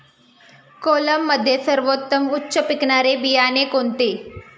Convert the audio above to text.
कोलममध्ये सर्वोत्तम उच्च पिकणारे बियाणे कोणते?